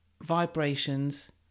vibrations